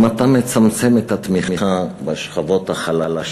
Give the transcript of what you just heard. והיא שאם אתה מצמצם את התמיכה בשכבות החלשות,